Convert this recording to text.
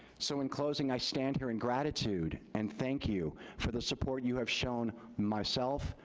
so in closing, i stand here in gratitude, and thank you for the support you have shown myself,